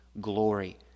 glory